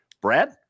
Brad